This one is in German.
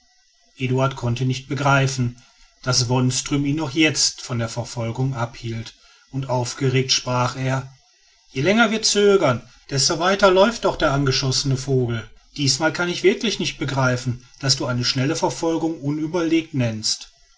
eduard konnte nicht begreifen daß wonström ihn noch jetzt von der verfolgung abhielt und aufgeregt sprach er je länger wir zögern desto weiter läuft doch der angeschossene vogel diesmal kann ich wirklich nicht begreifen daß du eine schnelle verfolgung unüberlegt nennst